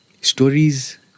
stories